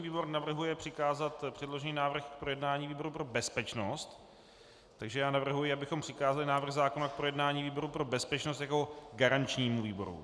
Organizační výbor navrhuje přikázat předložený návrh k projednání výboru pro bezpečnost, takže navrhuji, abychom přikázali návrh zákona k projednání výboru pro bezpečnost jako garančnímu výboru.